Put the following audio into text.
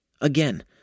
Again